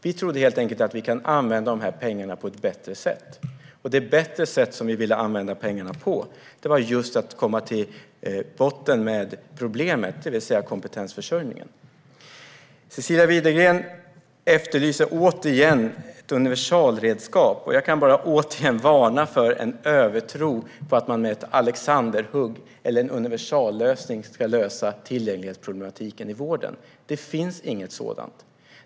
Vi trodde helt enkelt att vi kunde använda pengarna på ett bättre sätt, och vi ansåg att ett bättre sätt var just att gå till botten med problemet, det vill säga kompetensförsörjningen. Cecilia Widegren efterlyser återigen ett universalredskap. Jag kan bara återigen varna för en övertro på att man med ett alexanderhugg eller en universallösning ska lösa tillgänglighetsproblematiken i vården. Det finns inget sådant.